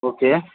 okay